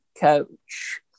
coach